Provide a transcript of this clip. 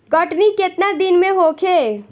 कटनी केतना दिन में होखे?